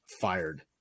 fired